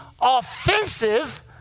offensive